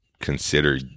consider